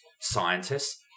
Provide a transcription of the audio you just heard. scientists